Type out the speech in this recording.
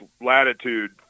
latitude